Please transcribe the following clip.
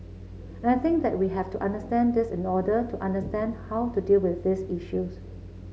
and I think that we have to understand this in order to understand how to deal with these issues